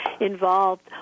involved